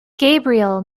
gabriel